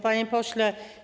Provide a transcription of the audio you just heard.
Panie Pośle!